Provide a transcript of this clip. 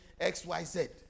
XYZ